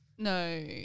No